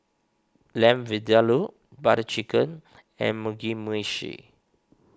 Lamb Vindaloo Butter Chicken and Mugi Meshi